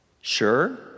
Sure